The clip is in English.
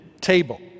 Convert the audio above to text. table